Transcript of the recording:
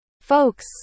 folks